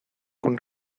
con